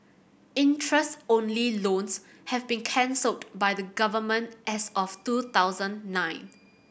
interest only loans have been cancelled by the Government as of two thousand nine